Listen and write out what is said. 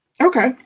Okay